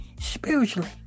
spiritually